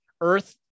earth